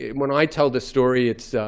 ah when i tell the story, it's